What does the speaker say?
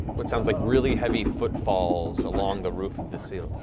what sounds like really heavy footfalls along the roof of the